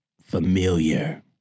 familiar